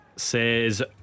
Says